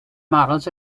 models